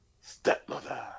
stepmother